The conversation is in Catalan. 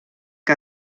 que